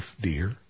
dear